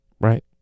right